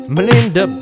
Melinda